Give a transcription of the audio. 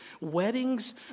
Weddings